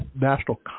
National